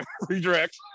redirect